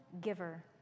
giver